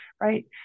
right